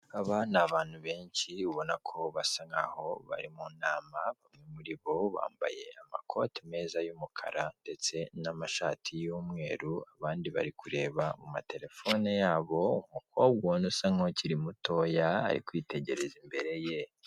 Aba ni abantu benshi, ubona ko basa nk'aho bari mu nama, bamwe muri bo bambaye amakoti meza y'umukara ndetse n'amashati y'umweru, abandi bari kureba mu matelefone yabo, umukobwa ubona usa nk'ukiri mutoya, ari kwitegereza imbere ye.